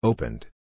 Opened